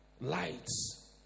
Lights